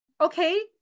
okay